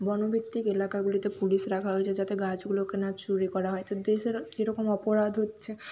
বনভিত্তিক এলাকাগুলিতে পুলিশ রাখা হয়েছে যাতে গাছগুলোকে না চুরি করা হয় তো দেশের যেরকম অপরাধ হচ্ছে